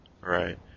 right